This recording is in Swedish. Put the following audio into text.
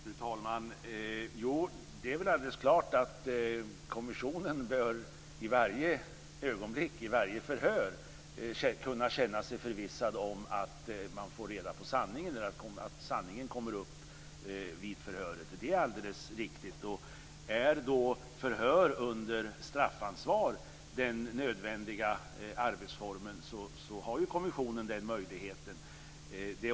Fru talman! Det är alldeles klart att kommissionen bör i varje ögonblick och i varje förhör kunna känna sig förvissad om att man får reda på sanningen vid förhöret. Det är alldeles riktigt. Är då förhör under straffansvar den nödvändiga arbetsformen så har kommissionen den möjligheten.